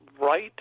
Right